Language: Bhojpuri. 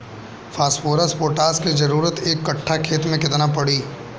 फॉस्फोरस पोटास के जरूरत एक कट्ठा खेत मे केतना पड़ी?